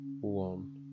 one